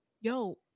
yo